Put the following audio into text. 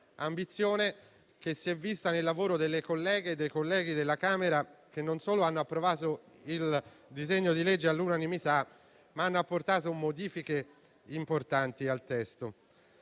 un'ambizione che si è vista nel lavoro delle colleghe e dei colleghi della Camera dei deputati, che non solo hanno approvato il disegno di legge all'unanimità, ma hanno anche apportato modifiche importanti al testo.